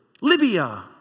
Libya